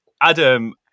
Adam